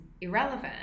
irrelevant